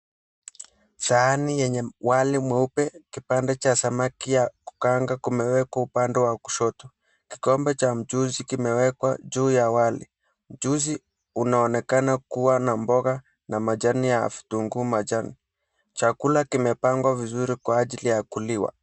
Sahani yenye wali mweupe, kipande cha samaki ya kukaanga kimewekwa upande wa kushoto, kikombe cha mchuzi kimewekwa juu ya wali. Mchuzi unaonekana kuwa na mboga na majani ya vitunguu majano. Chakula kimepangwa vizuri kwa ajili ya kuliwa.